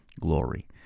glory